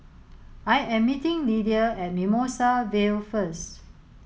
I am meeting Lidia at Mimosa Vale first